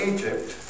Egypt